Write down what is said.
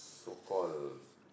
so call